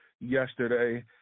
yesterday